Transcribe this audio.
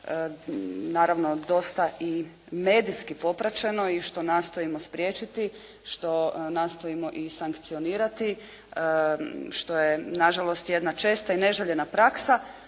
naravno dosta i medijski popraćeno i što nastojimo spriječiti, što nastojimo i sankcionirati što je na žalost jedna česta i neželjena praksa,